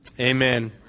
amen